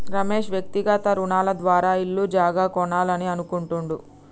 రమేష్ వ్యక్తిగత రుణాల ద్వారా ఇల్లు జాగా కొనాలని అనుకుంటుండు